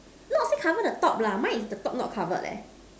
not say cover the top lah mine is the top not covered leh